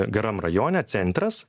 geram rajone centras